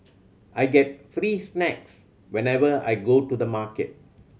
I get free snacks whenever I go to the market